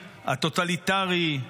הטוטליטרי,